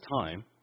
time